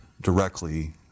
directly